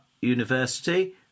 university